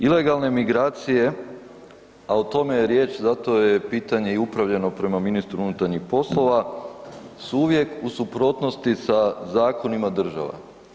Ilegalne migracije, a o tome je riječ, zato je pitanje i upravljeno prema ministru unutarnjih poslova su uvijek u suprotnosti sa zakonima država.